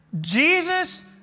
Jesus